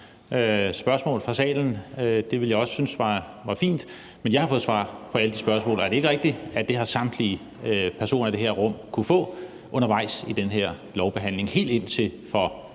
spørgsmål fra salen, det ville jeg også synes var fint, men jeg har fået svar på alle mine spørgsmål. Og er det ikke rigtigt, at det har samtlige personer i det her rum kunnet få undervejs i den her lovbehandling og helt indtil for